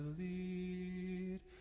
lead